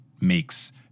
makes